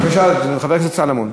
בבקשה, חבר הכנסת סולומון.